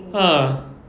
ah